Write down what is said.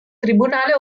tribunale